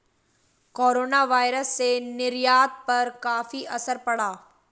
coronavirus से निर्यात पर काफी असर पड़ा